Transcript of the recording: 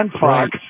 Fox